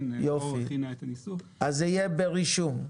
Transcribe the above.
אז זה יהיה ברישום.